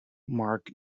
mark